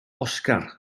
oscar